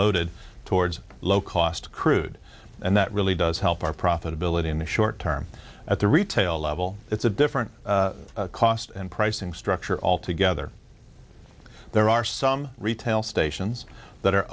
loaded towards low cost crude and that really does help our profitability in the short term at the retail level it's a different cost and pricing structure all together there are some retail stations that are